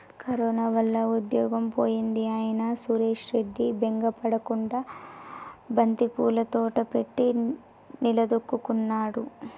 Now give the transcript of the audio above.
corona వల్ల ఉద్యోగం పోయింది అయినా సురేష్ రెడ్డి బెంగ పడకుండా బంతిపూల తోట పెట్టి నిలదొక్కుకున్నాడు